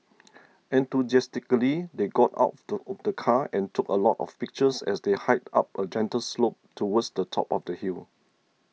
enthusiastically they got out of the car and took a lot of pictures as they hiked up a gentle slope towards the top of the hill